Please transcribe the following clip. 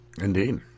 Indeed